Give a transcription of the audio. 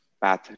path